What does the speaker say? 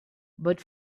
but